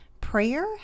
Prayer